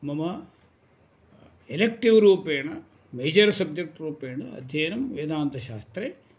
मम एलेक्टिव् रूपेण major subject रूपेण अध्ययनं वेदान्तशास्त्रे